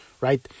right